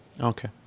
Okay